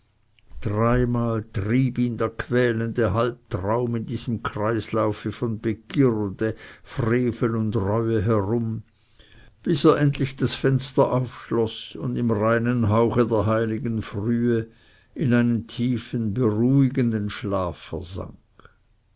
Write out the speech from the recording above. dreimal trieb ihn der quälende halbtraum in diesem kreislaufe von begierde frevel und reue herum bis er endlich das fenster aufschloß und im reinen hauche der heiligen frühe in einen tiefen beruhigenden schlaf versank